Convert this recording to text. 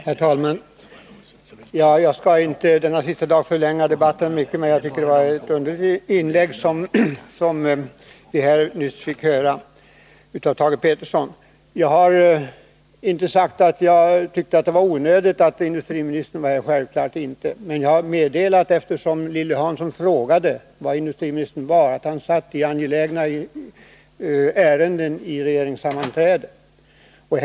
Herr talman! Jag skall inte denna sista dag förlänga debatten mycket, men jag tycker det var ett underligt inlägg som vi här nyss fick höra av Thage Peterson. Jag har inte sagt att jag tyckte att det var onödigt att industriministern var här — självfallet inte. Men eftersom Lilly Hansson frågade var industriministern var har jag meddelat att han satt i regeringssammanträde om angelägna ärenden.